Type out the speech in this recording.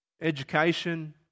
education